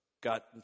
Got